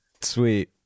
Sweet